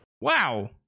Wow